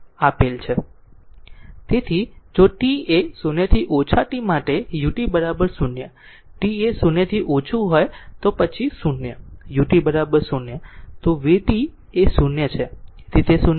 તેથી જો t એ 0 થી ઓછા માટે ut 0 t એ 0 થી ઓછું હોય તો પછી 0 ut 0 તો vt એ 0 છે તેથી તે 0 છે